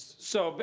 so, but